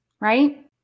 Right